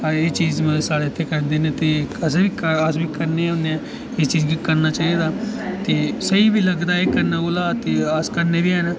ते एह् चीज़ मतलब साढ़े इत्थें करदे न के ते अस बी कन्नै होने न इस चीज़ गी करना चाहिदा ते स्हेई बी लगदा करने कोला अस करदे बी हैन